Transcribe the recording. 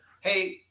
hey